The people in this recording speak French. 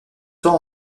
tant